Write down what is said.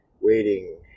waiting